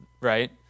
right